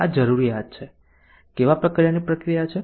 તો આ જરૂરિયાત છે કેવા પ્રકારની પ્રક્રિયા છે